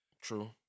True